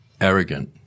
arrogant